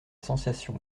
sensation